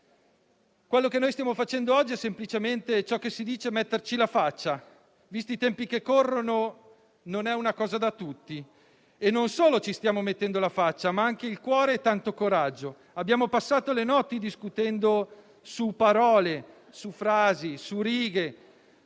Ciò che noi stiamo facendo oggi è semplicemente ciò che si dice «metterci la faccia» e, visti i tempi che corrono, non è una cosa da tutti. Non solo ci stiamo mettendo la faccia, ma anche il cuore e tanto coraggio. Abbiamo passato le notti discutendo su parole, su frasi, su righe,